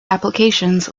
applications